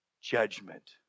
judgment